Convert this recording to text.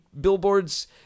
billboards